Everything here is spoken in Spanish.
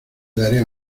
daré